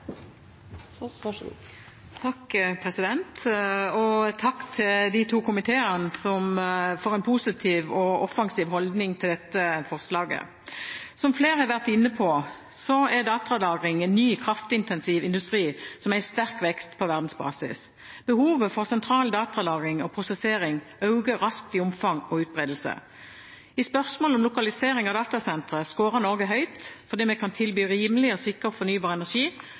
til de to komiteene for en positiv og offensiv holdning til dette forslaget. Som flere har vært inne på, er datalagring en ny kraftintensiv industri som er i sterk vekst på verdensbasis. Behovet for sentral datalagring og -prosessering øker raskt i omfang og utbredelse. I spørsmål om lokalisering av datasentre skårer Norge høyt fordi vi kan tilby rimelig og sikker fornybar energi,